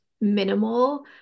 minimal